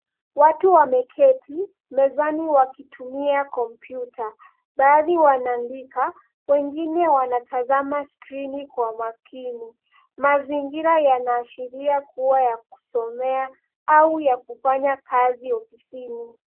Watu wameketi mezani wakitumia kompyuta. Baadhi wanaandika, wengine wanatazama skrini kwa makini. Mazingira yanaashiria kuwa ya kusomea au ya kufanya kazi ofisini.